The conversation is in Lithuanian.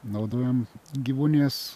naudojam gyvūnijos